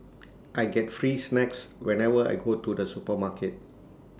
I get free snacks whenever I go to the supermarket